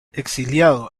exiliado